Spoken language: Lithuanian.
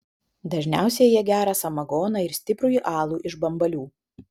dažniausiai jie geria samagoną ir stiprųjį alų iš bambalių